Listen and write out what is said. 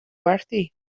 werthu